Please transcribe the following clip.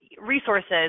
resources